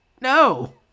no